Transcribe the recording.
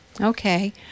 Okay